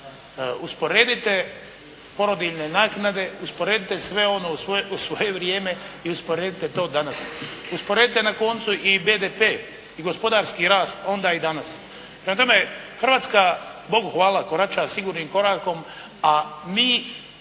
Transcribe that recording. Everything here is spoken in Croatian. Usporedite porodiljne naknade, usporedite sve ono u svoje vrijeme i usporedite to danas. Usporedite na koncu i BDP i gospodarski rast onda i danas. Prema tome, Hrvatska Bogu hvala korača sigurnim korakom, a mi